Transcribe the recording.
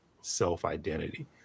self-identity